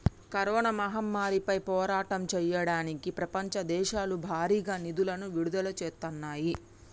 corona మహమ్మారిపై పోరాటం చెయ్యడానికి ప్రపంచ దేశాలు భారీగా నిధులను విడుదల చేత్తన్నాయి